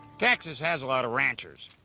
texas has a lot of ranchers.